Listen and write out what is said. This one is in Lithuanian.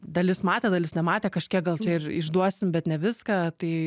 dalis matė dalis nematė kažkiek gal čia ir išduosim bet ne viską tai